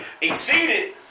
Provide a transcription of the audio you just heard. exceeded